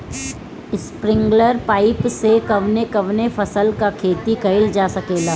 Sprinkler pipe से कवने कवने फसल क खेती कइल जा सकेला?